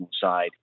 side